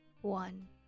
One